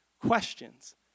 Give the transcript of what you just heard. questions